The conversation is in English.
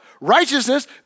Righteousness